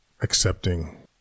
accepting